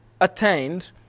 Attained